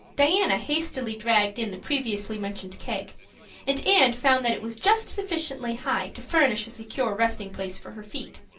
diana hastily dragged in the previously mentioned keg and anne found that it was just sufficiently high to furnish a secure resting place for her feet.